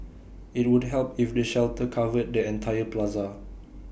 IT would help if the shelter covered the entire plaza